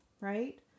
right